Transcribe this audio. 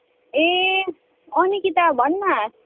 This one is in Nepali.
ए अँ निकिता भन् न